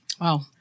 Wow